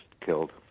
killed